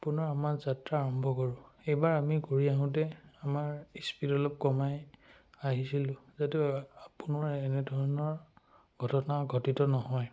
আপোনাৰ আমাৰ যাত্ৰা আৰম্ভ কৰোঁ এইবাৰ আমি ঘূৰি আহোঁতে আমাৰ স্পীড অলপ কমাই আহিছিলোঁ যাতে আ পুনৰ এনেধৰণৰ ঘটনা ঘটিত নহয়